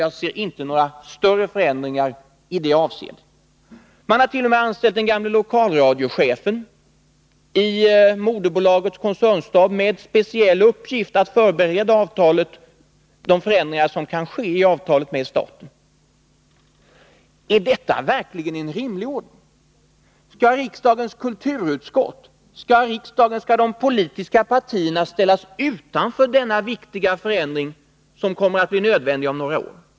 Jag ser inte några större förändringar i det avseendet. Man hart.o.m. anställt den gamle lokalradiochefen i moderbolagets koncernstab, med speciell uppgift att 127 förbereda de förändringar som kan ske i avtalet med staten. Är detta verkligen en rimlig ordning? Skall riksdagens kulturutskott, skall riksdagen, skall de politiska partierna ställas utanför denna viktiga förändring som kommer att bli nödvändig om några år?